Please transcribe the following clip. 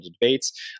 debates